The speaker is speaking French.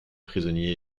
prisonnier